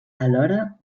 alhora